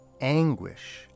anguish